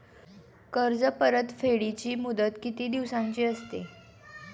कर्ज परतफेडीची मुदत किती दिवसांची असते?